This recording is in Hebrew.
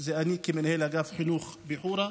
זה אני, כמנהל אגף חינוך בחורה.